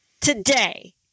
today